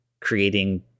creating